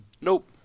Nope